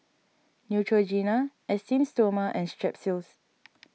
Neutrogena Esteem Stoma and Strepsils